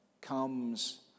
comes